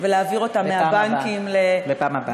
ולהעביר אותן מהבנקים, בפעם הבאה.